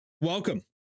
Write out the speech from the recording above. Welcome